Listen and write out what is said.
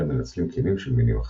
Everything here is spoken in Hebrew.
אלא מנצלים קנים של מינים אחרים.